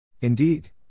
Indeed